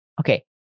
Okay